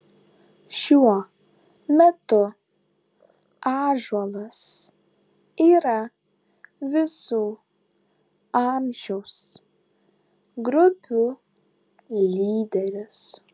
šiuo metu ąžuolas yra visų amžiaus grupių lyderis